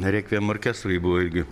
rekviem orkestrui ji buvo irgi